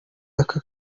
aka